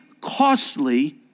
costly